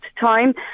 time